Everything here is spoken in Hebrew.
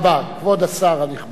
כבוד השר הנכבד.